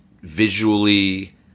visually